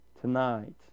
Tonight